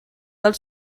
dal